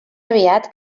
aviat